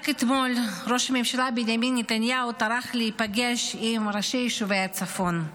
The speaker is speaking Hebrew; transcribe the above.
רק אתמול ראש הממשלה בנימין נתניהו טרח להיפגש עם ראשי יישובי הצפון,